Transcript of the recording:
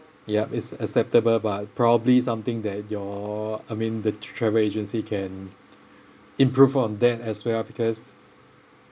yup it's acceptable but probably something that your I mean the travel agency can improve on that as well because